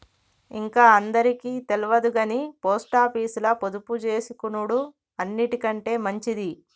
ఇంక అందరికి తెల్వదుగని పోస్టాపీసుల పొదుపుజేసుకునుడు అన్నిటికంటె మంచిది